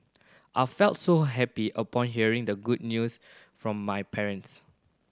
I felt so happy upon hearing the good news from my parents